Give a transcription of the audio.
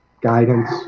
guidance